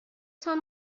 تان